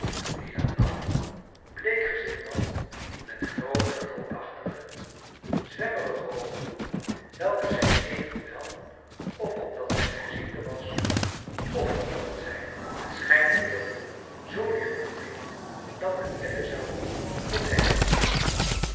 die een lang bleek gezicht had met groote groenachtige zwemmerige oogen welke zij evenwel of omdat zij bijziende was of omdat zij het schijnen wilde zoo dicht toekneep dat men wedden zou dat zij niets zag